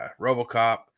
Robocop